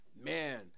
Man